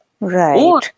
Right